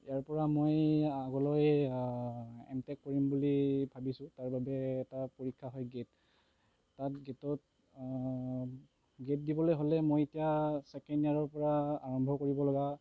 ইয়াৰ পৰা মই আগলৈ এম টেক কৰিম বুলি ভাবিছোঁ তাৰ বাবে এটা পৰীক্ষা হয় গে'ট তাত গে'টত গে'ট দিবলৈ হ'লে মই এতিয়া ছেকেণ্ড ইয়াৰৰ পৰা আৰম্ভ কৰিবলগীয়া